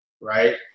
Right